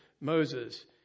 Moses